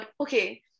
okay